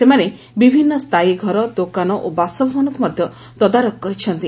ସେମାନେ ବିଭିନ୍ନ ସ୍ଚାୟୀ ଘର ଦୋକାନ ଓ ବାସଭବନକୁ ମଧ୍ୟ ତଦାରଖ କରିଛନ୍ତି